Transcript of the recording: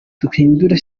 duhindure